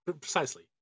precisely